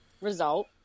result